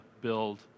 build